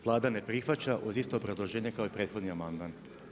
Vlada ne prihvaća uz isto obrazloženje kao i prethodni amandman.